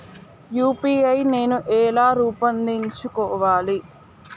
UPI నేను ఎలా రూపొందించుకోవాలి?